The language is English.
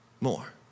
more